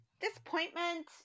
Disappointment